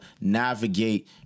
navigate